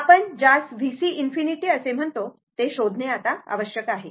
आपण ज्यास VC ∞ म्हणतो ते शोधणे आवश्यक आहे